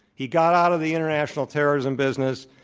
he got out of the international terrorism business,